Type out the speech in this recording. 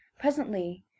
presently